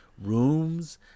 rooms